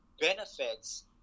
benefits